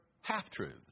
half-truths